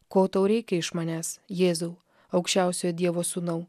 ko tau reikia iš manęs jėzau aukščiausiojo dievo sūnau